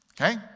Okay